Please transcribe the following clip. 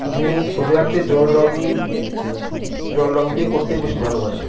আমি ছবি আঁকতে জল রঙই জল রঙ দিয়ে করতেই বেশি ভালোবাসি